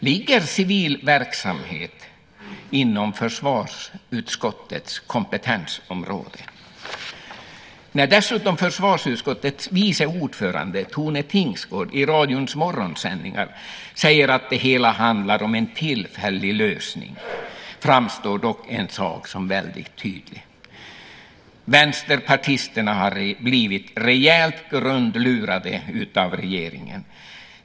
Ligger civil verksamhet inom försvarsutskottets kompetensområde? När dessutom försvarsutskottets vice ordförande, Tone Tingsgård, i radions morgonsändningar säger att det hela handlar om en tillfällig lösning framstår dock en sak som väldigt tydlig. Vänsterpartisterna har blivit rejält grundlurade av regeringen.